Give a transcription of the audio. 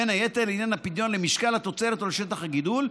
בין היתר לעניין הפדיון למשקל התוצרת או לשטח הגידול,